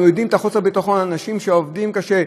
אנחנו יודעים את חוסר הביטחון של אנשים שעובדים קשה,